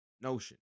notion